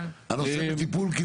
הנושא בטיפול?